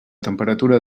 temperatura